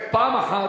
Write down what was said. אלא מלחמת,